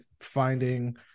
finding